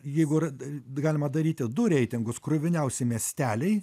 jeigu rad d galima daryti du reitingus kruviniausi miesteliai